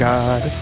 God